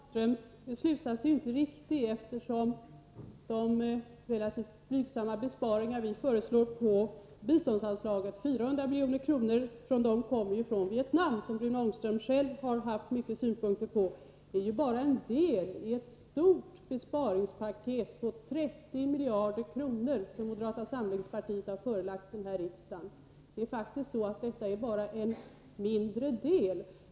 Herr talman! Rune Ångströms slutsats är inte riktig. 400 milj.kr. av de relativt blygsamma besparingar vi föreslår på biståndsanslaget är ju resultatet av det minskade anslaget till Vietnam, vilket Rune Ångström själv har haft många synpunkter på. Det är ju bara en deli ett stort besparingspaket på 30 miljarder kronor som moderata samlingspartiet har förelagt denna riksdag. Detta är faktiskt bara en mindre del.